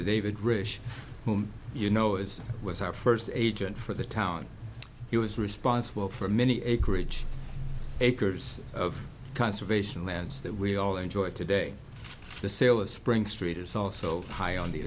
david risch whom you know it was our first agent for the town he was responsible for many acreage acres of conservation lands that we all enjoy today the sale of spring street is also high on the